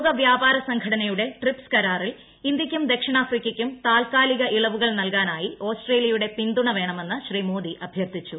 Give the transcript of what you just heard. ലോക വൃാപാര സംഘടനയുടെ ട്രിപ്സ് കരാറിൽ ഇന്തൃയ്ക്കും ദക്ഷിണാഫ്രിക്കയ്ക്കും താൽക്കാലിക ഇളവുകൾ നൽകാനായി ഓസ്ട്രേലിയയുടെ പിന്തുണ വേണമെന്ന് ശ്രീ മോദി അഭ്യർത്ഥിച്ചു